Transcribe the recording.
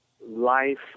life